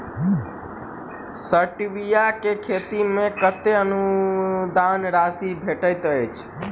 Stevia केँ खेती मे कतेक अनुदान राशि भेटैत अछि?